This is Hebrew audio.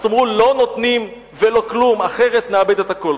אז תאמרו: לא נותנים ולא כלום, אחרת נאבד הכול.